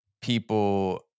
people